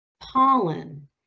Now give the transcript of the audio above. pollen